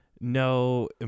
No